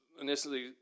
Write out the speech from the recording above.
initially –